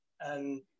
and-